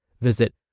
Visit